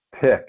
pick